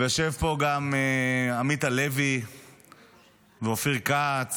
ויושבים פה גם עמית הלוי ואופיר כץ